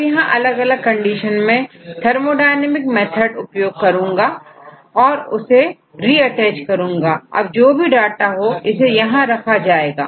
अब यहां अलग कंडीशन में थर्मोडायनेमिक मेथड उपयोग करूंगा और उसे रिअटैच करूंगा आप जो भी डाटा हो इसे यहां पर रखा जाएगा